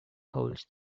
holds